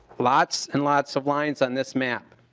lots and lots of lines on this map.